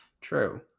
True